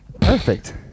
Perfect